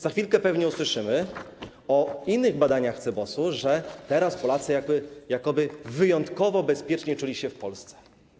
Za chwilkę pewnie usłyszymy o innych badaniach CBOS, że teraz Polacy jakoby wyjątkowo bezpiecznie czuli się w Polsce.